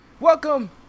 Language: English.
Welcome